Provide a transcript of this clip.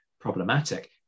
problematic